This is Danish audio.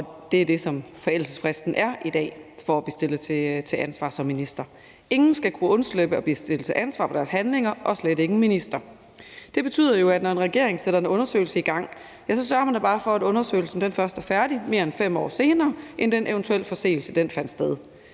er det, som forældelsesfristen er i dag for at blive stillet til ansvar som minister. Ingen skal kunne undslippe at blive stillet til ansvar for deres handlinger – og slet ikke en minister. Det betyder jo, at når en regering sætter en undersøgelse i gang, sørger man da bare for, at undersøgelsen først er færdig, mere end 5 år efter at en eventuel forseelse fandt sted.